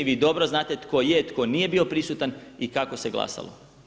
Vi dobro znate tko je, tko nije bio prisutan i kako se glasalo.